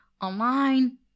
online